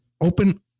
open